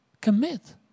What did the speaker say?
Commit